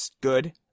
Good